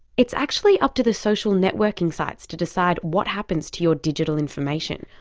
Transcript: it's actually up to the social networking sites to decide what happens to your digital information.